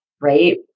right